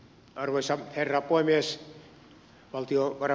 arvoisa herra puhemies